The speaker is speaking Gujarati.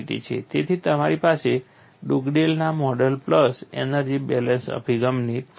તેથી તમારી પાસે ડુગડેલના મોડેલ પ્લસ એનર્જી બેલેન્સ અભિગમથી પુષ્ટિ છે